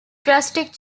drastic